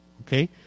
okay